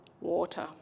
water